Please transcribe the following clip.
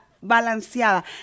balanceada